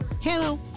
Hello